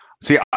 See